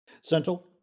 Central